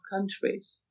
countries